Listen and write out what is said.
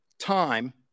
time